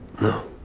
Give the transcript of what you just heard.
No